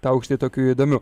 tą aukšį tokiu įdomiu